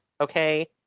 okay